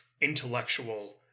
intellectual